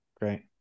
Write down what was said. Great